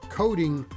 coding